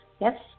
Yes